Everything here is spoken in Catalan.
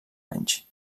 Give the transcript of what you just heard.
anys